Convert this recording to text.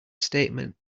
statement